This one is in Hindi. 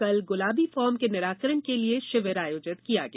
कल गुलाबी फॉर्म के निराकरण के लिएशिविर आयोजित किया गया